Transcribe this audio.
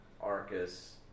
Arcus